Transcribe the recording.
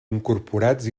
incorporats